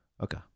okay